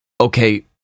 Okay